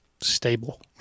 stable